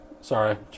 sorry